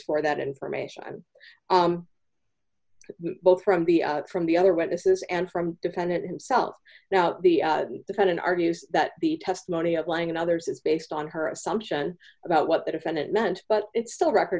for that information both from the from the other witnesses and from defendant himself now the defendant argues that the testimony of lang and others is based on her assumption about what the defendant meant but it's still a record